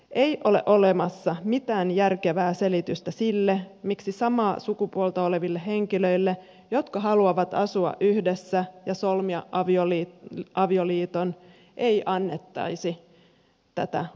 ei ole olemassa mitään järkevää selitystä sille miksi samaa sukupuolta oleville henkilöille jotka haluavat asua yhdessä ja solmia avioliiton ei annettaisi tätä oikeutta